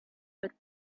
but